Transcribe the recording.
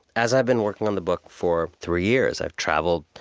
as i've been working on the book for three years, i've traveled